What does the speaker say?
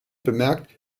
bemerkt